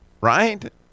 Right